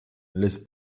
laisse